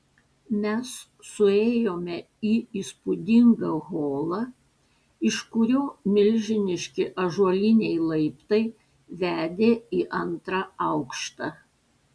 mes suėjome į įspūdingą holą iš kurio milžiniški ąžuoliniai laiptai vedė į antrą aukštą